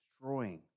destroying